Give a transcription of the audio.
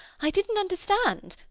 i didn't understand.